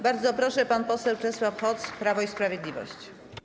Bardzo proszę, pan poseł Czesław Hoc, Prawo i Sprawiedliwość.